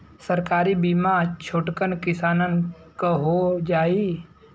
सरकारी बीमा छोटकन किसान क हो जाई?